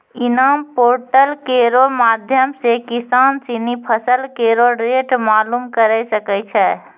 इनाम पोर्टल केरो माध्यम सें किसान सिनी फसल केरो रेट मालूम करे सकै छै